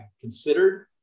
considered